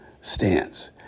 stance